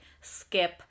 skip